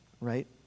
Right